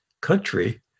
country